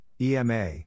EMA